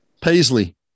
Paisley